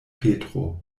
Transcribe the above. petro